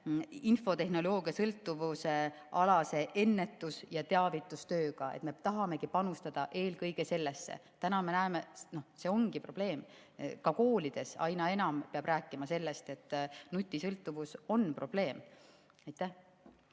infotehnoloogiasõltuvusalase ennetus‑ ja teavitustööga, me tahamegi panustada eelkõige sellesse. Täna me näeme, et see on probleem, ka koolides aina enam peab rääkima sellest, et nutisõltuvus on probleem. Aitäh!